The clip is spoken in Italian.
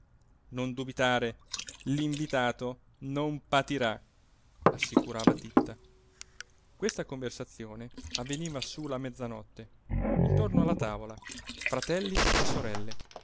non dubitare l'invitato non patirà assicurava titta questa conversazione avveniva su la mezzanotte intorno alla tavola fratelli e sorelle